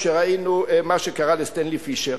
כשראינו מה שקרה לסטנלי פישר.